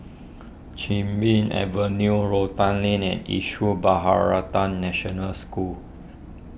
Chin Bee Avenue Rotan Lane and Issue Bharatan National School